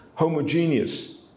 homogeneous